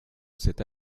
cette